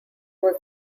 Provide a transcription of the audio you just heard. was